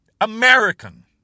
American